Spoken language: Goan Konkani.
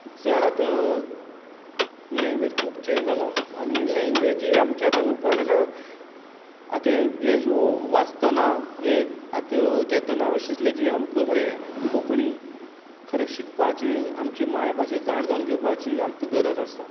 चड आत लँग्वेज खूब चेंज जाला आनी लँग्वेज जी आमची आतां होपा लागल्या आत यें यें वाचतना यें आत घेतना अशी इसलें की आमक खरें कोंकणी खरें शिकपाची आमची मायभाशे जाण जावन घेवपाची आमक गरज आसता